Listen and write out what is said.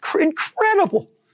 Incredible